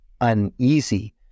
uneasy